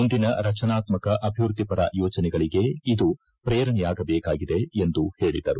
ಮುಂದಿನ ರಚನಾತ್ಮಕ ಅಭಿವೃದ್ಧಿಪರ ಯೋಜನೆಗಳಿಗೆ ಇದು ಪ್ರೇರಣೆಯಾಗಬೇಕಾಗಿದೆ ಎಂದು ಹೇಳಿದರು